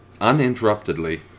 uninterruptedly